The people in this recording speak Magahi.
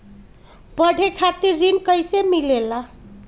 पढे खातीर ऋण कईसे मिले ला?